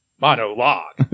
Monologue